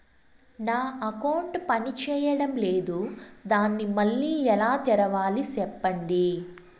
నా అకౌంట్ పనిచేయడం లేదు, దాన్ని మళ్ళీ ఎలా తెరవాలి? సెప్పండి